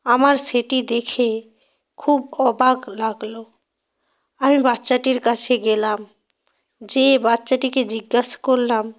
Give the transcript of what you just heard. আমার সেটি দেখে খুব অবাক লাগলো আমি বাচ্চাটির কাছে গেলাম যেয়ে বাচ্চাটিকে জিজ্ঞেস করলাম